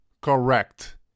Correct